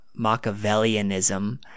Machiavellianism